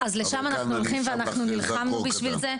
אז לשם אנחנו הולכים ואנחנו נלחמנו בשביל זה.